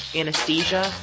anesthesia